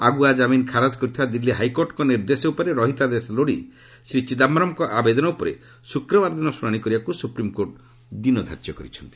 ଆଗୁଆ ଜାମିନ ଖାରଜ କରିଥିବା ଦିଲ୍ଲୀ ହାଇକୋର୍ଟଙ୍କ ନିର୍ଦ୍ଦେଶ ଉପରେ ରହିତାଦେଶ ଲୋଡ଼ି ଶ୍ରୀ ଚିଦାୟରମ୍ଙ୍କ ଆବେଦନ ଉପରେ ଶୁକ୍ରବାର ଦିନ ଶୁଣାଶି କରିବାକୁ ସୁପ୍ରିମ୍କୋର୍ଟ କହିଛନ୍ତି